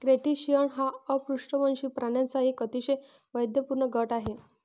crustacean हा अपृष्ठवंशी प्राण्यांचा एक अतिशय वैविध्यपूर्ण गट आहे